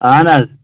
اَہن حظ